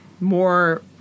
more